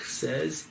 says